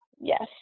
Yes